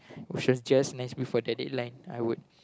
which was just next before the deadline I would